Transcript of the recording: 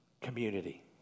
Community